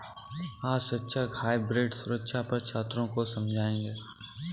आज शिक्षक हाइब्रिड सुरक्षा पर छात्रों को समझाएँगे